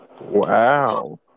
Wow